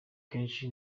kenshi